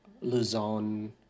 Luzon